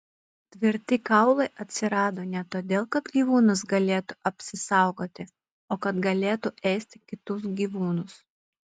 tvirti kaulai atsirado ne todėl kad gyvūnas galėtų apsisaugoti o kad galėtų ėsti kitus gyvūnus